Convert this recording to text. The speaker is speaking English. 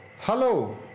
Hello